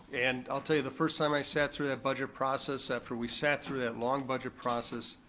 and i'll tell you, the first time i sat through that budget process, after we sat through that long budget process,